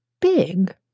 big